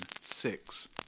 six